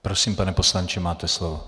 Prosím, pane poslanče, máte slovo.